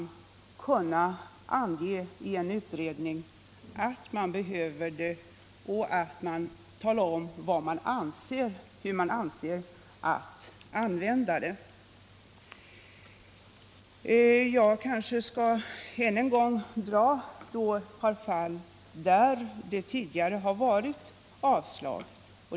Därvidlag måste man i en utredning kunna ange att man behöver området och även redogöra för hur man avser att använda köpet. Jag kanske än en gång skall redogöra för ett par fall där det tidigare varit avslag.